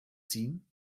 ziehen